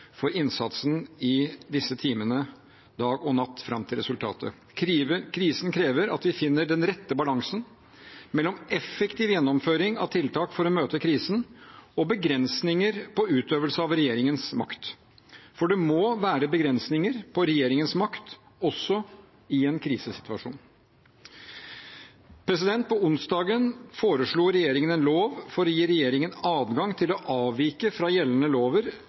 for innsatsen i disse timene, dag og natt, fram til resultatet. Krisen krever at vi finner den rette balansen mellom effektiv gjennomføring av tiltak for å møte krisen og begrensninger på utøvelsen av regjeringens makt. For det må være begrensninger for regjeringens makt også i en krisesituasjon. På onsdag foreslo regjeringen en lov for å gi regjeringen adgang til å avvike fra gjeldende lover